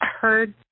heard